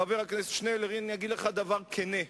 חבר הכנסת שנלר, הנה אני אגיד לך דבר כנה.